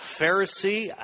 Pharisee